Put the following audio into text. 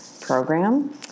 program